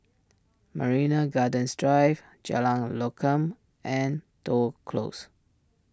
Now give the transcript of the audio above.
Marina Gardens Drive Jalan Lokam and Toh Close